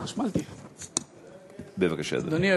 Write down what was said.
בבקשה, אדוני.